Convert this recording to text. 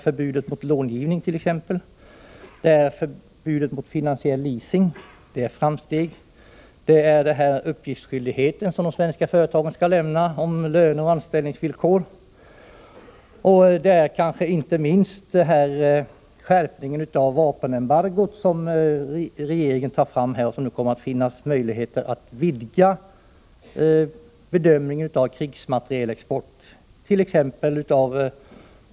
Förbudet mot långivning och förbudet mot finansiell leasing är ett framsteg liksom skyldigheten för svenska företag att lämna uppgifter om löner och anställningsvillkor och, kanske inte minst, skärpningen av vapenembargot. Det kommer nu att finnas möjligheter att vidga bedömningen i fråga om export av krigsmateriel.